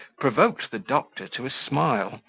provoked the doctor to a smile,